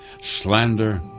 slander